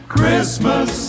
Christmas